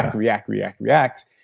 react react, react.